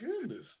goodness